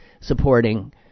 supporting